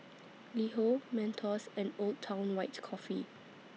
LiHo Mentos and Old Town White Coffee